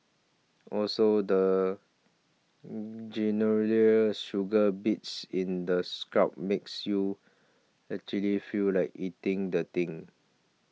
also the sugar bits in the scrub makes you actually feel like eating the thing